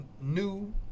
new